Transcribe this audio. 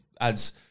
adds –